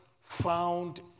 found